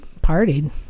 partied